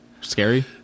Scary